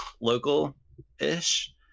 local-ish